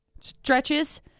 stretches